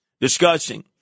discussing